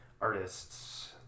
artist's